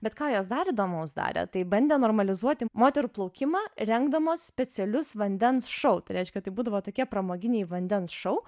bet ką jos dar įdomaus darė tai bandė normalizuoti moterų plaukimą rengdamos specialius vandens šou tai reiškia tai būdavo tokie pramoginiai vandens šou